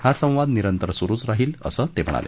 हा संवाद निरंतर सुरुच राहील असं ते म्हणाले